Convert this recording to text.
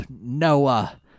Noah